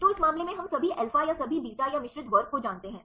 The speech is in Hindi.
तो इस मामले में हम सभी अल्फा या सभी बीटा या मिश्रित वर्ग को जानते हैं